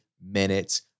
minutes